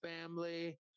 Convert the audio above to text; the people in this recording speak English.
Family